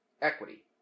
Equity